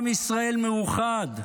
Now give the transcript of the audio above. עם ישראל מאוחד,